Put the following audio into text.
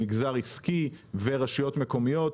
מגזר עסקי ורשויות מקומיות,